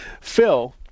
Phil